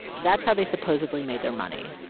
that's how they supposedly made their money.